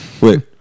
Wait